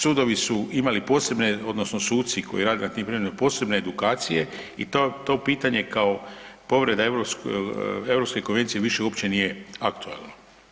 Sudovi su imali posebne odnosno suci koji rade na tim predmetima posebne edukacije i to pitanje kao povreda Europske konvencije više uopće nije aktualno.